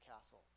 castle